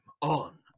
on